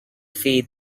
feed